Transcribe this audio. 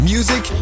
Music